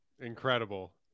Incredible